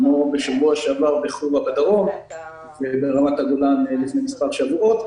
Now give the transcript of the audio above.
כמו בשבוע שעבר בישוב חורה בדרום וברמת הגולן לפני מספר שבועות,